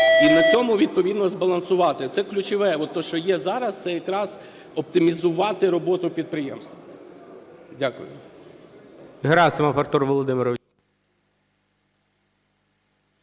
і на цьому відповідно збалансувати. Це ключове, от те, що є зараз – це якраз оптимізувати роботу підприємства. Дякую.